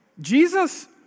Jesus